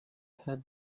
had